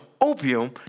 opium